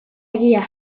egia